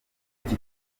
iki